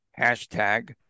Hashtag